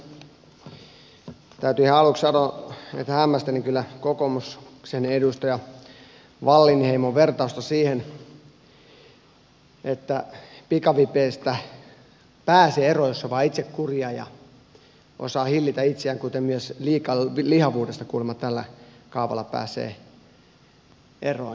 täytyy ihan aluksi sanoa että hämmästelin kyllä kokoomuksen edustaja wallinheimon vertausta siitä että pikavipeistä pääsee eroon jos on vain itsekuria ja osaa hillitä itseään kuten myös liikalihavuudesta kuulemma tällä kaavalla pääsee eroon